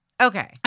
Okay